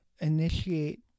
initiate